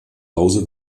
hause